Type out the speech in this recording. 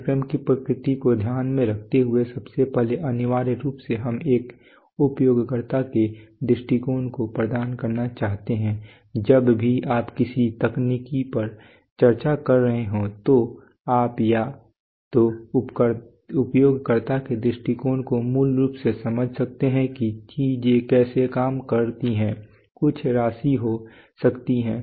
पाठ्यक्रम की प्रकृति को ध्यान में रखते हुए सबसे पहले अनिवार्य रूप से हम एक उपयोगकर्ता के दृष्टिकोण को प्रदान करना चाहते हैं जब भी आप किसी तकनीक पर चर्चा कर रहे हों तो आप या तो उपयोगकर्ता के दृष्टिकोण को मूल रूप से समझ सकते हैं कि चीजें कैसे काम करती हैं कुछ राशि हो सकती है